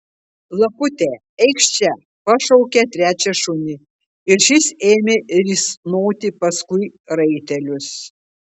lapute eikš čia pašaukė trečią šunį ir šis ėmė risnoti paskui raitelius